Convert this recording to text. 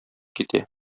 китә